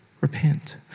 repent